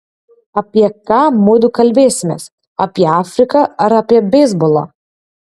apie ką mudu kalbėsimės apie afriką ar apie beisbolą